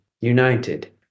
United